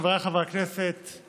חבריי חברי הכנסת,